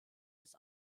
des